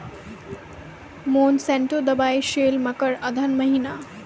Monsanto दवाई sale मकर अघन महीना,